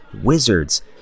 wizards